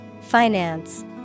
Finance